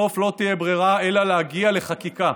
בסוף לא תהיה ברירה אלא להגיע לחקיקה